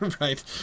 right